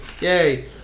Yay